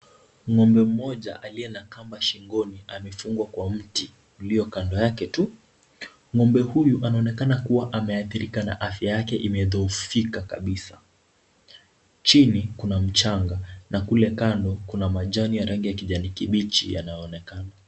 Ng'ombe mmoja aliye na kamba shingoni amefungwa kwa mti ulio kando yake tu. Ng'ombe huyu anaonekana ameathirika na afya yake imedhoofika kabisa. Chini kuna mchanga na kule kando kuna majani ya rangi ya kijani kibichi yanayoonekana.